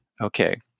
okay